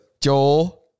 Joel